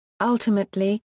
Ultimately